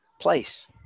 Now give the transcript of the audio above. place